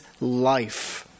life